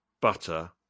butter